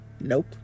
Nope